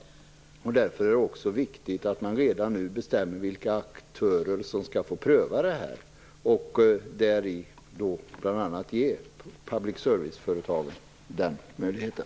Därför är det också viktigt att man redan nu bestämmer vilka aktörer som skall få pröva det här, och då bl.a. ger public service-företagen den möjligheten.